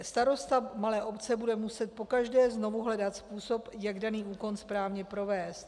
Starosta malé obce bude muset pokaždé znovu hledat způsob, jak daný úkon správně provést.